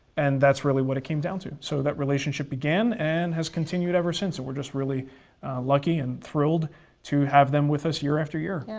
and that's really what it came down to. so that relationship began, and has continued ever since, and we're just really lucky and thrilled to have them with us year after year.